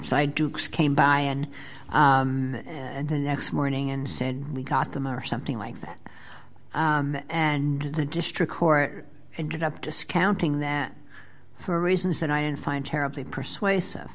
side dukes came by and the next morning and said we got them or something like that and the district court and did up discounting that for reasons that i didn't find terribly persuasive